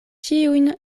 ĉiujn